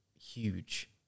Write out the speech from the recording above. huge